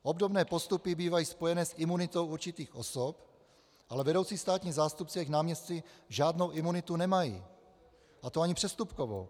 Obdobné postupy bývají spojené s imunitou určitých osob, ale vedoucí státní zástupci a jejich náměstci žádnou imunitu nemají, a to ani přestupkovou.